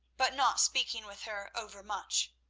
but not speaking with her overmuch.